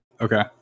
okay